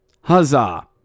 Huzzah